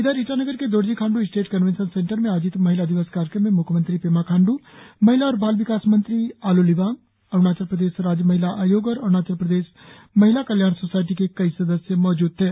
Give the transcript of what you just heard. इधर ईटानगर के Dorjee Khandu state convention centre में आयोजित महिला दिवस कार्यक्रम में म्ख्यमंत्री पेमा खाण्डू महिला और बाल विकास मंत्री आलो लिबाग अरुणाचल प्रदेश राज्य महिला आयोग और अरुणाचल प्रदेश महिला कल्याण सोसायटी के कई सदस्य मौजूद थे